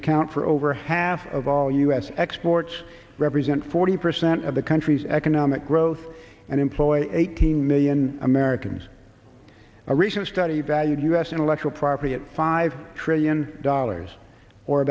account for over half of all u s exports represent forty percent of the country's economic growth and employ eighteen million americans a recent study valued u s intellectual property at five trillion dollars or